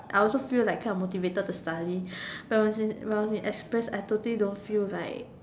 I also feel like kind of motivated to study but when I was in when I was in express I totally don't feel like